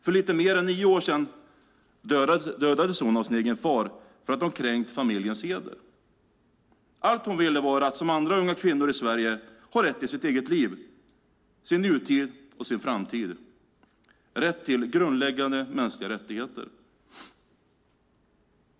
För lite mer än nio år sedan dödades hon av sin egen far för att hon hade kränkt familjens heder. Allt hon ville var att som andra unga kvinnor i Sverige ha rätt till sitt eget liv, sin nutid och sin framtid. Hon ville ha rätt till grundläggande mänskliga rättigheter.